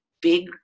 big